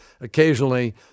Occasionally